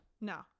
No